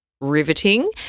riveting